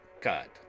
god